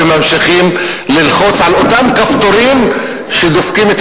וממשיכים ללחוץ על אותם כפתורים שדופקים את